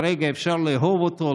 כרגע אפשר לאהוב אותו,